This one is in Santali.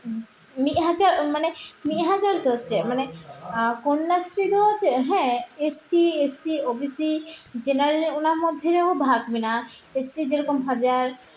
ᱢᱤᱫ ᱦᱟᱡᱟᱨ ᱢᱟᱱᱮ ᱢᱤᱫ ᱦᱟᱡᱟᱨ ᱫᱚ ᱪᱮᱫ ᱢᱟᱱᱮ ᱠᱚᱱᱱᱟᱥᱨᱤ ᱫᱚ ᱪᱮᱫ ᱦᱮᱸ S T S C O B C general ᱚᱱᱟ ᱢᱚᱫᱽᱫᱷᱮ ᱨᱮᱦᱚᱸ ᱵᱷᱟᱜᱽ ᱢᱮᱱᱟᱜᱼᱟ ᱮᱹᱥ ᱴᱤ ᱡᱮᱨᱚᱠᱚᱢ ᱦᱟᱡᱟᱨ